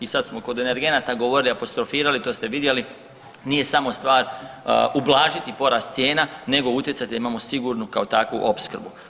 I sad smo kod energenata govorili, apostrofirali, to ste vidjeli nije samo stvar ublažiti porast cijena nego utjecati da imamo sigurnu kao takvu opskrbu.